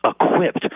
equipped